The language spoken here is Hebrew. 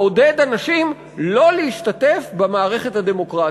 לעודד אנשים שלא להשתתף במערכת הדמוקרטית.